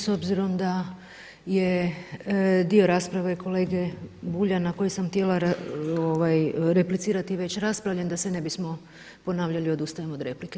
S obzirom da je dio rasprave kolege Bulja na koji sam htjela replicirati već raspravljen da se ne bismo ponavljali odustajem od replike.